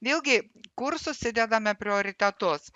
vėlgi kur susidedame prioritetus